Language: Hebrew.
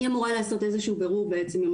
היא אמורה לעשות איזה שהוא בירור בעצם מול